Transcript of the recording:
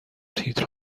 تیتر